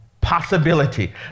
possibility